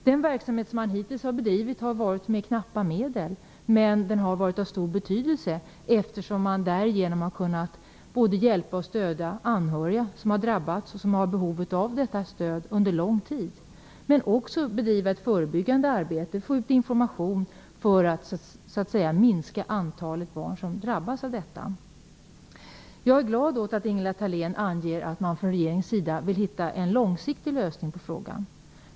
Den verksamhet man hittills har bedrivit har skett med knappa medel, men den har varit av stor betydelse, eftersom man därigenom har kunnat både hjälpa och stödja anhöriga som har drabbats och som har behov av detta stöd under lång tid men också bedriva ett förebyggande arbete och få ut information för att minska antalet barn som drabbas. Jag är glad åt att Ingela Thalén anger att man från regeringens sida vill hitta en långsiktig lösning på frågan.